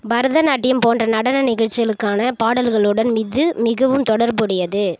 பரதநாட்டியம் போன்ற நடன நிகழ்ச்சிகளுக்கான பாடல்களுடன் இது மிகவும் தொடர்புடையது